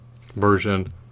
version